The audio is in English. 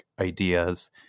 ideas